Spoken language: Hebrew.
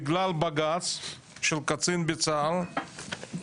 בגלל בג"צ שהוא קצין בצה"ל,